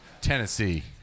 Tennessee